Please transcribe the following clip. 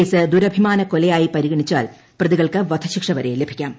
case ദുരഭിമാനക്കൊലയായി പരിഗണിച്ചാൽ പ്രതികൾക്ക് വധശിക്ഷ വരെ ലഭിക്കാം